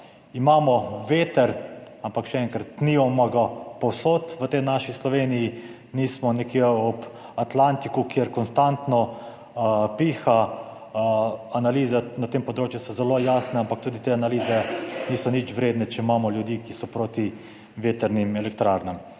Imamo veter, ampak še enkrat, nimamo ga povsod v tej naši Sloveniji, nismo nekje ob Atlantiku, kjer konstantno piha. Analize na tem področju so zelo jasne, ampak tudi te analize niso nič vredne, če imamo ljudi, ki so proti vetrnim elektrarnam.